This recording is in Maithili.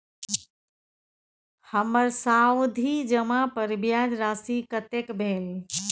हमर सावधि जमा पर ब्याज राशि कतेक भेल?